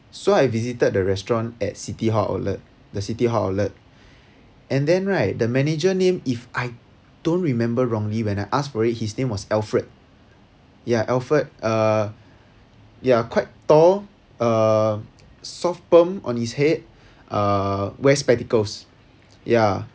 so I visited the restaurant at city hall outlet the city hall outlet and then right the manager name if I don't remember wrongly when I asked for it his name was alfred ya alfred uh ya quite tall uh soft perm on his head uh wear spectacles yeah